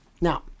Now